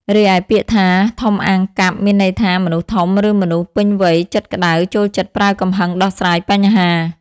រីឯពាក្យថា" ធំអាងកាប់"មានន័យថាមនុស្សធំឬមនុស្សពេញវ័យចិត្តក្ដៅ ចូលចិត្តប្រើកំហឹងដោះស្រាយបញ្ហា។